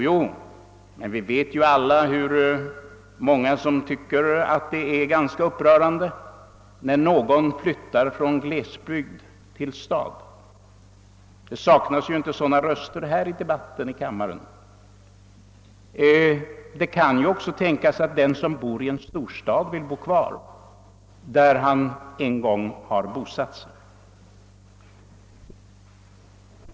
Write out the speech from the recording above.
Jo, men vi vet alla att många tycker att det är ganska upprörande när någon flyttar från glesbygd till stad. Det saknas inte sådana röster här i debatten i kammaren. Det kan ju också tänkas att den som bor i en storstad. vill. bo kvar där han en gång har bosatt sig.